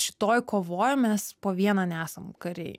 šitoj kovoj mes po vieną nesam kariai